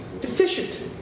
Deficient